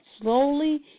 slowly